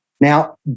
Now